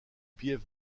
bief